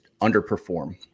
underperform